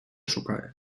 шукає